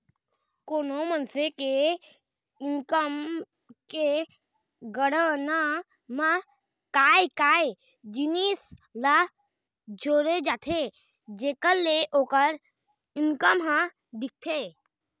कोनो मनसे के इनकम के गणना म काय काय जिनिस ल जोड़े जाथे जेखर ले ओखर इनकम ह दिखथे?